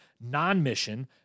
non-mission